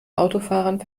autofahrern